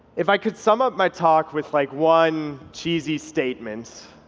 if i could sum up my talk with like one cheesy statement,